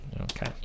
Okay